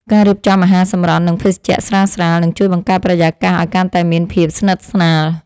ការរៀបចំអាហារសម្រន់ និងភេសជ្ជៈស្រាលៗ នឹងជួយបង្កើតបរិយាកាសឱ្យកាន់តែមានភាពស្និទ្ធស្នាល។